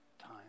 time